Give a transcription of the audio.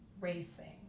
racing